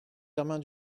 germain